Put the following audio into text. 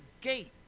gate